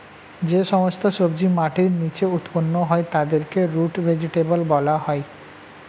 যে সমস্ত সবজি মাটির নিচে উৎপন্ন হয় তাদেরকে রুট ভেজিটেবল বলা হয়